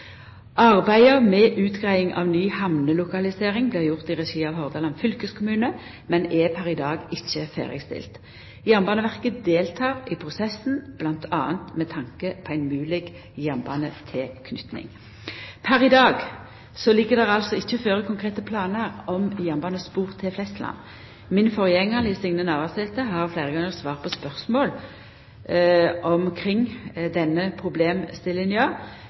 med utgreiing av ny hamnelokalisering blir gjort i regi av Hordaland fylkeskommune, men er pr. i dag ikkje ferdigstilt. Jernbaneverket deltek i prosessen, bl.a. med tanke på ei mogleg jernbanetilknyting. Per i dag ligg det altså ikkje føre konkrete planar om jernbanespor til Flesland. Min forgjengar, Liv Signe Navarsete, har fleire gonger svart på spørsmål omkring denne